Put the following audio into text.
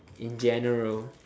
in general